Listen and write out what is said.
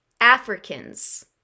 Africans